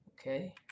Okay